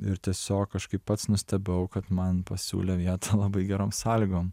ir tiesiog kažkaip pats nustebau kad man pasiūlė vietą labai gerom sąlygom